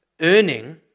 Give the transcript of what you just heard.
earning